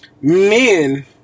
men